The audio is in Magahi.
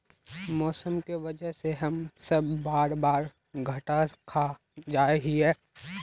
मौसम के वजह से हम सब बार बार घटा खा जाए हीये?